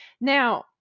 Now